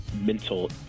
mental